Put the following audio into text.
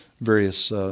various